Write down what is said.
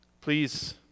Please